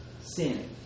sin